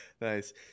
Nice